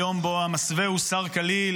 היום שבו המסווה הוסר כליל,